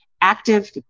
active